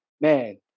Man